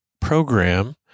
program